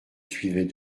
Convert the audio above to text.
suivait